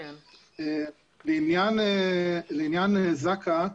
לעניין זק"א,